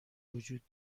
وجود